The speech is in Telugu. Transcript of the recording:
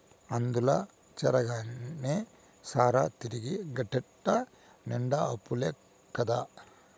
అందుల చేరగానే సరా, తిరిగి గట్టేటెట్ట నిండా అప్పులే కదా